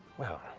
well,